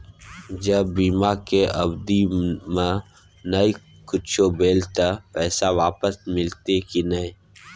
ज बीमा के अवधि म नय कुछो भेल त पैसा वापस मिलते की नय?